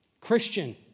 Christian